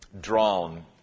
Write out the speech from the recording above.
drawn